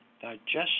digestion